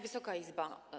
Wysoka Izbo!